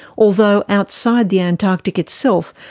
although outside the antarctic itself,